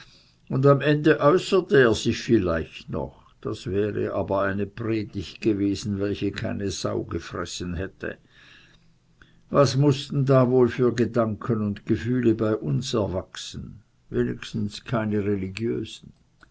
und am ende äußerte er sich vielleicht noch das wäre aber eine predigt gewesen welche keine sau gefressen hätte was mußten da wohl für gedanken und gefühle bei uns erwachen wenigstens keine religiösen